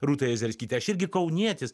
rūta jezerskytė aš irgi kaunietis